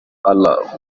allah